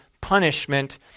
punishment